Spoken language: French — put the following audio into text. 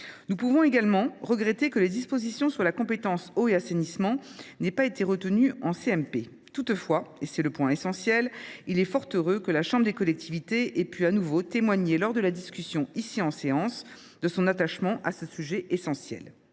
Nous pouvons également regretter que les dispositions sur les compétences « eau » et « assainissement » n’aient pas été retenues en commission mixte paritaire. Toutefois, et c’est le point essentiel, il est fort heureux que la chambre des collectivités ait pu de nouveau témoigner, lors de la discussion, ici en séance, de son attachement à ce sujet essentiel.